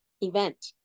event